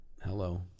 Hello